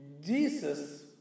Jesus